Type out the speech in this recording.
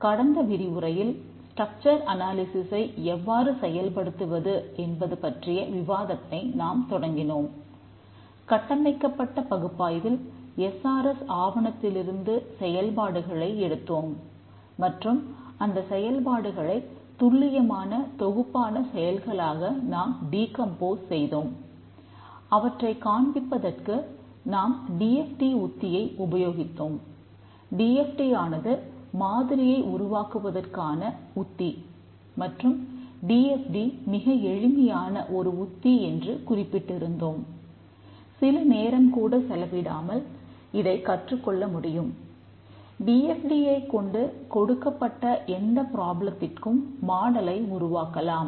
கடந்த விரிவுரையில் ஸ்ட்ரக்சர் அனாலிசிஸை உருவாக்கலாம்